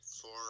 four